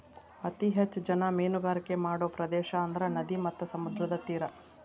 ಅತೇ ಹೆಚ್ಚ ಜನಾ ಮೇನುಗಾರಿಕೆ ಮಾಡು ಪ್ರದೇಶಾ ಅಂದ್ರ ನದಿ ಮತ್ತ ಸಮುದ್ರದ ತೇರಾ